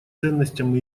ценностям